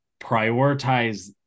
prioritize